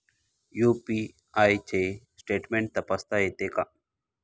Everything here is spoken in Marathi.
यु.पी.आय चे स्टेटमेंट तपासता येते का?